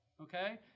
Okay